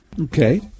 Okay